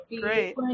Great